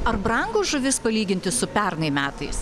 ar brango žuvis palyginti su pernai metais